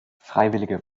freiwillige